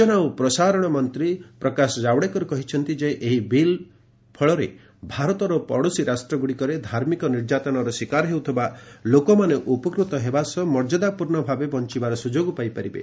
ସୂଚନା ଓ ପ୍ରସାରଣ ମନ୍ତ୍ରୀ ପ୍ରକାଶ ଜାଓଡେକର କହିଛନ୍ତି ଯେ ଏହି ବିଲ୍ ଫଳରେ ଭାରତର ପଡ଼ୋଶୀ ରାଷ୍ଟ୍ରଗୁଡ଼ିକରେ ଧାର୍ମିକ ନିର୍ଯାତନାର ଶିକାର ହେଉଥିବା ଲୋକମାନେ ଉପକୃତ ହେବା ସହ ମର୍ଯାଦାପୂର୍ଣ୍ଣ ଭାବେ ବଞ୍ଚିବାର ସୁଯୋଗ ପାଇବେ